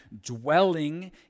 dwelling